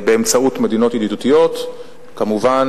באמצעות מדינות ידידותיות כמובן,